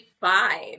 five